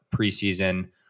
preseason